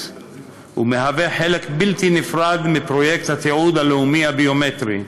ומהווה חלק בלתי נפרד מפרויקט התיעוד הלאומי הביומטרי.